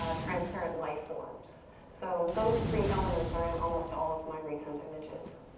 ah transparent life-forms. so those three elements are in almost all of my recent images.